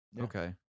okay